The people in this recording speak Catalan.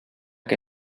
que